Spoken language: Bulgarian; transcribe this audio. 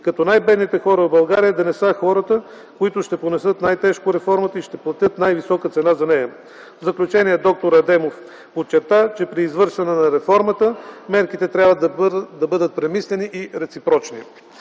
като най-бедните хора в България да не са хората, които ще понесат най-тежко реформата и ще платят най-висока цена за нея. В заключение д р Адемов подчерта, че при извършване на реформа мерките трябва да бъдат премислени и реципрочни.